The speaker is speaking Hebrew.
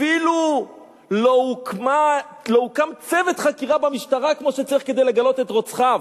אפילו לא הוקם צוות חקירה במשטרה כמו שצריך כדי לגלות את רוצחיו.